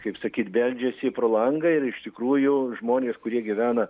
kaip sakyt beldžiasi pro langą ir iš tikrųjų žmonės kurie gyvena